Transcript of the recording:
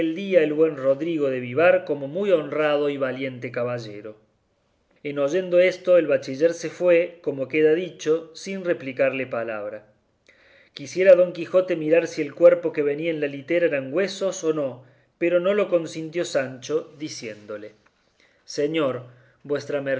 día el buen rodrigo de vivar como muy honrado y valiente caballero en oyendo esto el bachiller se fue como queda dicho sin replicarle palabra quisiera don quijote mirar si el cuerpo que venía en la litera eran huesos o no pero no lo consintió sancho diciéndole señor